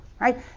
Right